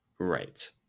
right